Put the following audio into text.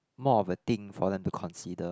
more of a thing for them to consider